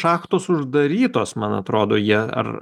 šachtos uždarytos man atrodo jie ar